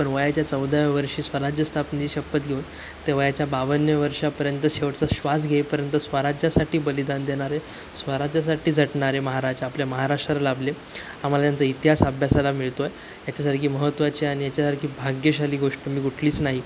पण वयाच्या चौदाव्या वर्षी स्वराज्य स्थापना शपथ घेऊन ते वयाच्या बावन्न वर्षापर्यंत शेवटचा श्वास घेईपर्यंत स्वराज्यासाठी बलिदान देणारे स्वराज्यासाठी झटणारे महाराज आपल्या महाराष्ट्राला लाभले आम्हाला त्यांचा इतिहास अभ्यासाला मिळतो आहे याच्यासारखी महत्वाची आणि याच्यासारखी भाग्यशाली गोष्ट मी कुठलीच नाही